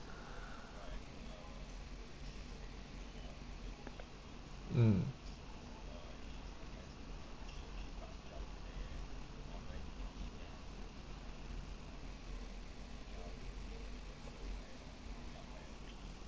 mm